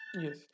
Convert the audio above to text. Yes